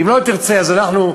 אם לא תרצה, אנחנו,